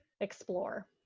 explore